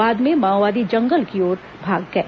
बाद में माओवादी जंगल की ओर भाग गए